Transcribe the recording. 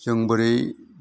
जों बोरै